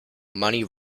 money